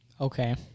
Okay